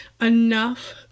enough